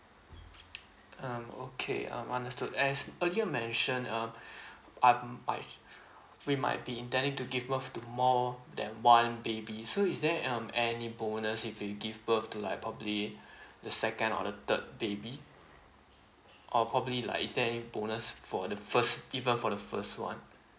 um okay um understood as earlier mention uh um I we might be intending to give birth to more than one baby so is there um any bonus if we give birth to like probably the second or the third baby or probably like is there any bonus for the first even for the first one